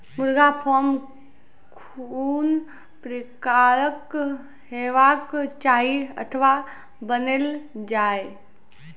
मुर्गा फार्म कून प्रकारक हेवाक चाही अथवा बनेल जाये?